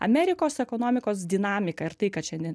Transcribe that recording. amerikos ekonomikos dinamika ir tai kad šiandien